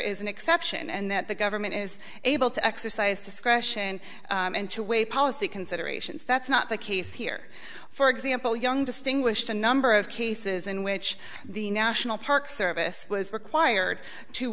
is an exception and that the government is able to exercise discretion and to a policy considerations that's not the case here for example young distinguished a number of cases in which the national park service was required to